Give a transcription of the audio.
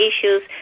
issues